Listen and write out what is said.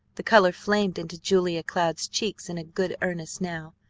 the color flamed into julia cloud's cheeks in good earnest now.